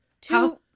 Two